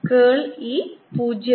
കേൾ E 0